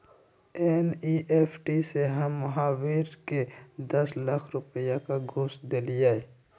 NEFT से हम महावीर के दस लाख रुपए का घुस देलीअई